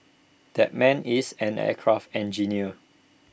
that man is an aircraft engineer